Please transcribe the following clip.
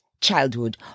childhood